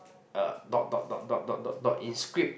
uh dot dot dot dot dot dot dot in script